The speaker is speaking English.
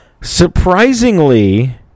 Surprisingly